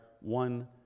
one